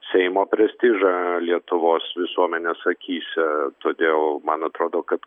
seimo prestižą lietuvos visuomenės akyse todėl man atrodo kad